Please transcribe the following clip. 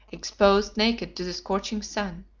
exposed naked to the scorching sun,